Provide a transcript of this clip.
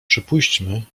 przypuśćmy